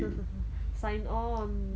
sign on